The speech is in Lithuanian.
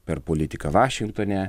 per politiką vašingtone